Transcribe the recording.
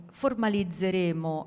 formalizzeremo